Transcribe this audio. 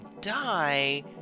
die